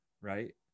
right